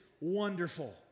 wonderful